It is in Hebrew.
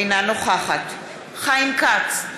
אינה נוכחת חיים כץ,